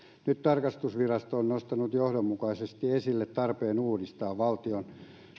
nyt tarkastusvirasto on nostanut johdonmukaisesti esille tarpeen uudistaa valtion